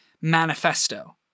manifesto